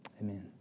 amen